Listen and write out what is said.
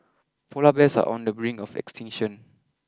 polar bears are on the brink of extinction